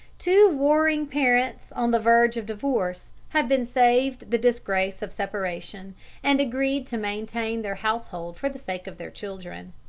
two warring parents on the verge of divorce have been saved the disgrace of separation and agreed to maintain their household for the sake of their children.